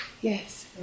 yes